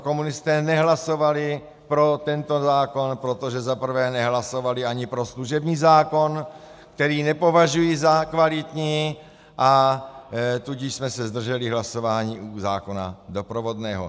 Komunisté nehlasovali pro tento zákon, protože za prvé nehlasovali ani pro služební zákon, který nepovažují za kvalitní, a tudíž jsme se zdrželi hlasování i u zákona doprovodného.